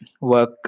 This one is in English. work